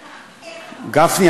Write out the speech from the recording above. גפני,